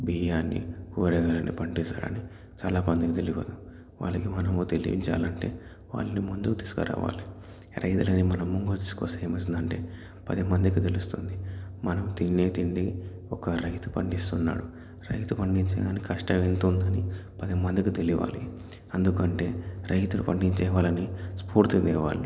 బియ్యాన్ని కూరగాయలను పండిస్తాడని చాలా మందికి తెలియదు వాళ్ళకి మనము తెలియజేయాలంటే వాళ్ళని ముందుకు తీసుకురావాలి రైతులని మనం ముందుకు తీసుకొస్తే ఏమి అవుతుందంటే పది మందికి తెలుస్తుంది మనం తినే తిండి ఒక రైతు పండిస్తున్నాడు రైతు పండించే దానికి కష్టం ఎంత ఉందని పదిమందికి తెలియాలి ఎందుకంటే రైతులు పండించే వాళ్ళని స్ఫూర్తిని తేవాలి